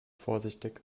vorsichtig